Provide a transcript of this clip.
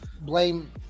blame